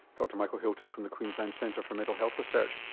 dr michael hilton from the queensland centre for mental health research.